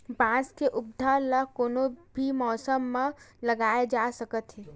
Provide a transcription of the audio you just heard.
बांस के पउधा ल कोनो भी मउसम म लगाए जा सकत हे